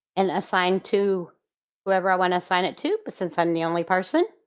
and assigned to whoever i want to assign it to, but since i am the only person,